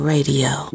Radio